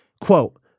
Quote